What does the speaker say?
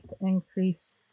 increased